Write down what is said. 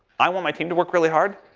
i want my team to work really hard.